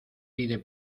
pide